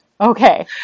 Okay